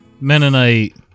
Mennonite